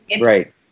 Right